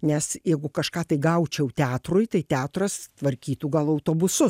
nes jeigu kažką tai gaučiau teatrui tai teatras tvarkytų gal autobusus